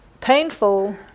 painful